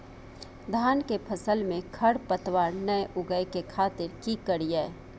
धान के फसल में खरपतवार नय उगय के खातिर की करियै?